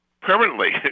permanently